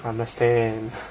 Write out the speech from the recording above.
understand